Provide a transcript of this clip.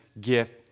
gift